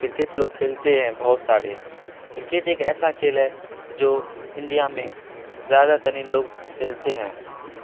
cricket لوگ کھیلتے ہیں بہت سارے کرکٹ ایک ایسا کھیل ہے جو انڈیا میں زیادہ تر لوگ کھیلتے ہیں